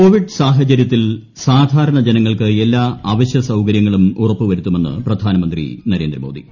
Covid സാഹചര്യത്തിൽ സാധാരണ ജനങ്ങൾക്ക് എല്ലാ അവശ്യ സൌകര്യങ്ങളും ഉറപ്പ് വരുത്തുമെന്ന് പ്രധാനമന്ത്രി നരേന്ദ്രമോദി